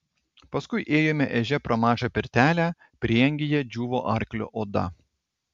paskui ėjome ežia pro mažą pirtelę prieangyje džiūvo arklio oda